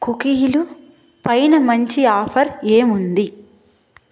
కుకీహిలు పైన మంచి ఆఫర్ ఏముంది